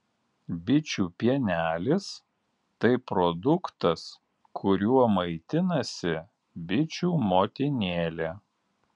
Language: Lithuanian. bičių pienelis tai produktas kuriuo maitinasi bičių motinėlė